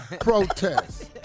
Protest